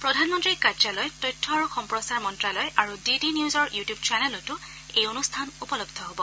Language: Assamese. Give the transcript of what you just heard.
প্ৰধানমন্ত্ৰীৰ কাৰ্যালয় তথ্য আৰু সম্প্ৰচাৰ মন্ত্ৰালয় আৰু ডি ডি নিউজৰ ইউটিউব চেনেলতো এই অনুষ্ঠান উপলব্ধ হব